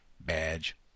badge